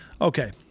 Okay